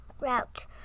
route